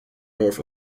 north